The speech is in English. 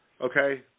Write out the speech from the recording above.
Okay